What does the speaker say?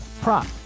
prop